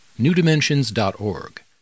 newdimensions.org